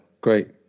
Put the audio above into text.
great